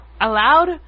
allowed